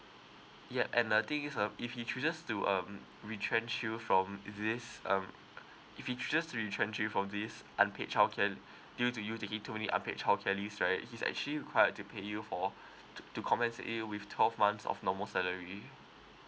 ya and the thing is uh if he chooses to um retrench you from this um if he chooses to retrench you for this unpaid childcare leave due to you taking too many unpaid childcare leaves right he's actually required to pay you for to to compensate you with twelve months of normal salary